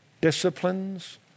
disciplines